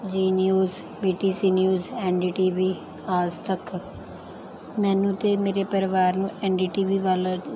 ਜੀ News P T C News N D T V Aaj Tak ਮੈਨੂੰ ਅਤੇ ਮੇਰੇ ਪਰਿਵਾਰ ਨੂੰ ਐੱਨ ਡੀ ਟੀ ਵੀ ਵਾਲਾ